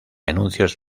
anuncios